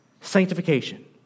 sanctification